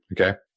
Okay